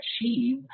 achieve